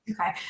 Okay